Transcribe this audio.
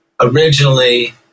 originally